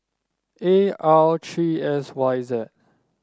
A R three S Y Z